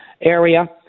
area